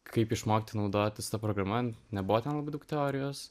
kaip išmokti naudotis ta proga nebuvo ten daug teorijos